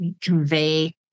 convey